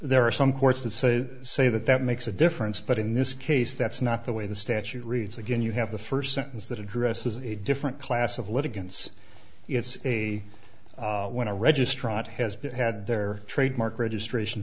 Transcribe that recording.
there are some courts and say they say that that makes a difference but in this case that's not the way the statute reads again you have the first sentence that addresses a different class of litigants it's a when a registrar has been had their trademark registration